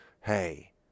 Hey